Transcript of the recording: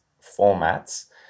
formats